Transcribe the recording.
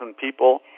people